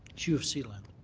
it's u of c land.